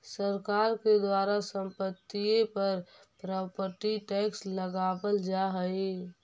सरकार के द्वारा संपत्तिय पर प्रॉपर्टी टैक्स लगावल जा हई